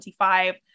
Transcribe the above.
25